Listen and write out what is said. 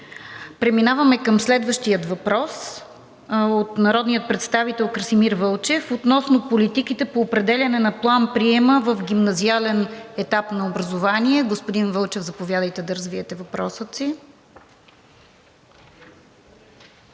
Преминаваме към следващия въпрос от народния представител Красимир Вълчев относно политиките по определяне на план-приема в гимназиален етап на образование. Господин Вълчев, заповядайте да развиете въпроса си.